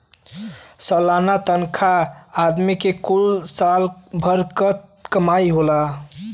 सलाना तनखा आदमी के कुल साल भर क कमाई होला